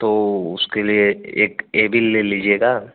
तो उसके लिए एक एविल ले लीजिएगा